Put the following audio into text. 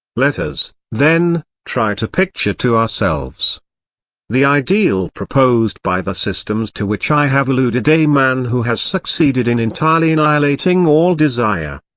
let us, then, try to picture to ourselves the ideal proposed by the systems to which i have alluded a man who has succeeded in entirely annihilating all desire.